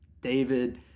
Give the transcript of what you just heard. David